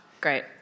Great